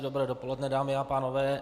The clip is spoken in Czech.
Dobré dopoledne, dámy a pánové.